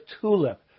TULIP